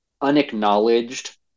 unacknowledged